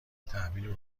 تحویل